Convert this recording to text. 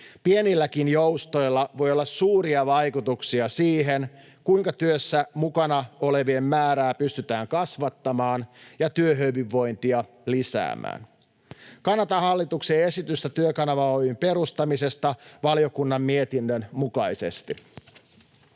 Pienilläkin joustoilla voi olla suuria vaikutuksia siihen, kuinka työssä mukana olevien määrää pystytään kasvattamaan ja työhyvinvointia lisäämään. Kannatan hallituksen esitystä Työkanava Oy:n perustamisesta valiokunnan mietinnön mukaisesti.